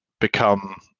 become